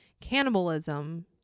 cannibalism